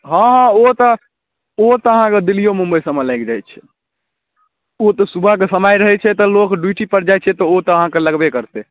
हँ हँ ओ तऽ ओ तऽ अहाँके दिल्लिओ मुम्बइसबमे लागि जाइ छै ओ तऽ सुबहके समय रहै छै तऽ लोक ड्यूटीपर जाइ छै तऽ ओतऽ अहाँके लगबे करतै